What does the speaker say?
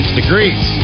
degrees